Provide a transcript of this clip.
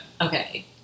Okay